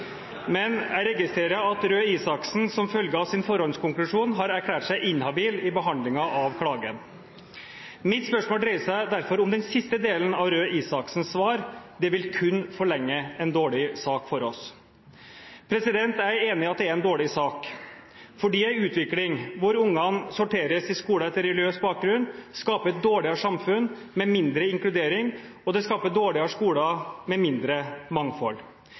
Men jeg registrerer at Røe Isaksen, som følge av sin forhåndskonklusjon, har erklært seg inhabil i behandlingen av klagen. Mitt spørsmål dreier seg derfor om den siste delen av Røe Isaksens svar: «Det vil kun forlenge en dårlig sak for oss.» Jeg er enig i at det er en dårlig sak, fordi en utvikling hvor ungene sorteres i skoler etter religiøs bakgrunn, skaper et dårligere samfunn med mindre inkludering, og det skaper dårligere skoler med mindre mangfold.